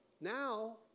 now